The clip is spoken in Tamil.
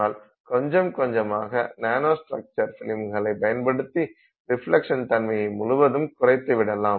ஆனால் கொஞ்சம் கொஞ்சமாக நானோ ஸ்ட்ரக்சர் பிலிம்களை பயன்படுத்தி ரிஃப்லக்ஷ்ன் தன்மையை முழுவதும் குறைத்துவிடலாம்